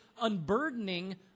unburdening